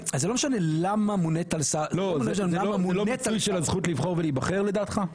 זה לא מיצוי של הזכות של לבחור ולהיבחר לדעתך?